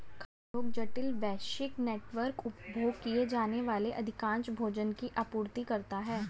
खाद्य उद्योग जटिल, वैश्विक नेटवर्क, उपभोग किए जाने वाले अधिकांश भोजन की आपूर्ति करता है